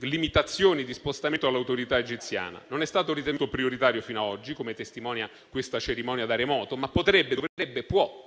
limitazioni di spostamento. Non è stato ritenuto prioritario fino a oggi, come testimonia questa cerimonia da remoto, ma potrebbe, dovrebbe, può,